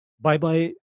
bye-bye